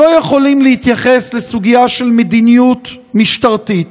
שלא יכולים להתייחס לסוגיה של מדיניות משטרתית.